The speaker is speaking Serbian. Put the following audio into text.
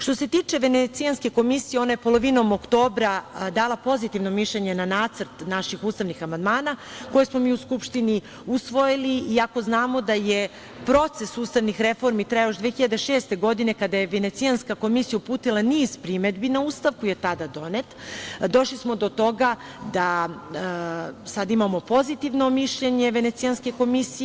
Što se tiče Venecijanske komisije, ona je polovinom oktobra dala pozitivno mišljenje na nacrt naših ustavnih amandmana koji smo mi u Skupštini usvojili, iako znamo da je proces ustavnih reformi trajao još 2006. godine kada je Venecijanska komisija uputila niz primedbi na Ustav koji je tada donet, došli smo do toga da sad imamo pozitivno mišljenje Venecijanske komisije.